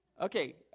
Okay